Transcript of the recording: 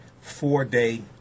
four-day